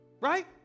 right